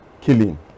killing